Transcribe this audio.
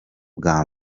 bwa